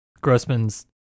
grossman's